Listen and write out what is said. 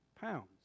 pounds